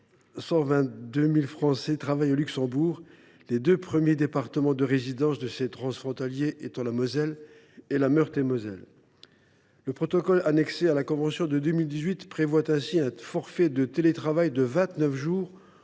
les deux !– travaillent au Luxembourg, les deux premiers départements de résidence de ces transfrontaliers étant la Moselle et la Meurthe et Moselle. Le protocole annexé à la convention de 2018 prévoit ainsi un forfait de télétravail de 29 jours